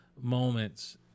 moments